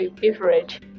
beverage